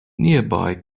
nearby